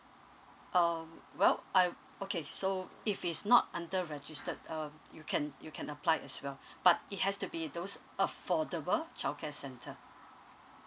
um well I okay so if it's not under registered um you can you can apply as well but it has to be those affordable childcare center